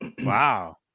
Wow